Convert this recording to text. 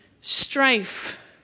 strife